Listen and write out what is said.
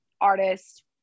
artist